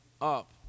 up